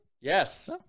Yes